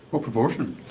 what proportion?